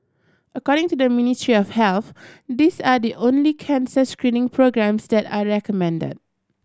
according to the Ministry of Health these are the only cancer screening programmes that are recommended